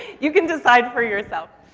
you can decide for yourself.